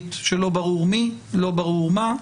כללית שלא ברור מי ולא ברור מה,